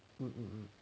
um um um